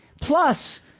plus